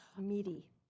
meaty